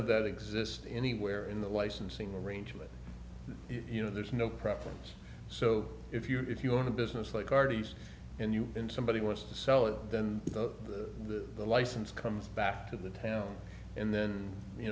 of that exist anywhere in the licensing arrangement you know there's no preference so if you if you want a business like artie's and you've been somebody wants to sell it then the license comes back to the town and then you